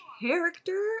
character